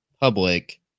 public